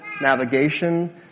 navigation